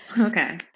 Okay